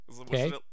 Okay